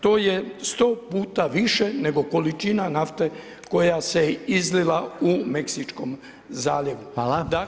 To je 100 puta više nego količina nafte koja se izliza u Meksičkom zaljevu.